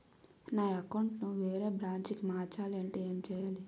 నా అకౌంట్ ను వేరే బ్రాంచ్ కి మార్చాలి అంటే ఎం చేయాలి?